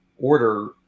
order